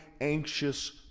anxious